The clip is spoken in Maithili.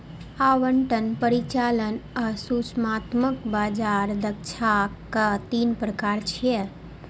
आवंटन, परिचालन आ सूचनात्मक बाजार दक्षताक तीन प्रकार छियै